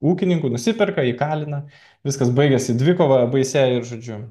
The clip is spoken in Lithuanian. ūkininku nusiperka įkalina viskas baigiasi dvikova baisia ir žodžiu